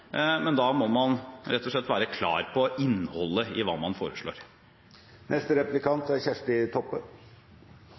men da må man være klar på innholdet i hva man foreslår.